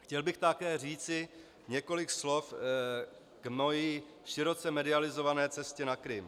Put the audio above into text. Chtěl bych také říci několik slov k mé široce medializované cestě na Krym.